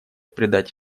придать